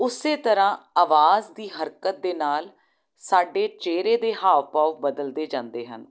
ਉਸ ਤਰ੍ਹਾਂ ਆਵਾਜ਼ ਦੀ ਹਰਕਤ ਦੇ ਨਾਲ ਸਾਡੇ ਚਿਹਰੇ ਦੇ ਹਾਵ ਭਾਵ ਬਦਲਦੇ ਜਾਂਦੇ ਹਨ